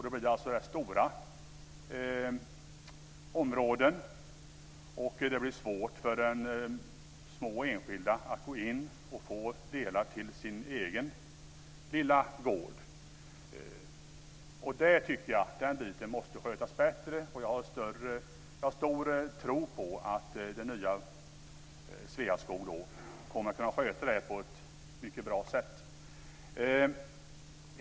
Det blir då rätt stora områden och svårt för små enskilda att gå in och få delar till sin egen lilla gård. Den biten tycker jag måste skötas bättre. Jag har stor tro på att det nya Sveaskog kommer att kunna sköta detta på ett mycket bra sätt.